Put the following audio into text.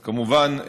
כמובן,